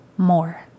more